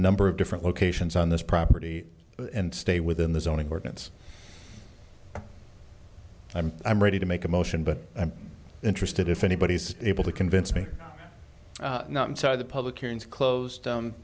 number of different locations on this property and stay within the zoning ordinance i'm i'm ready to make a motion but i'm interested if anybody's able to convince me not inside the public